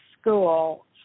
school